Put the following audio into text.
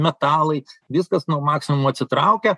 metalai viskas nuo maksimumo atsitraukia